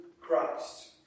Christ